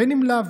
בין אם לאו.